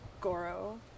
Goro